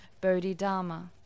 Bodhidharma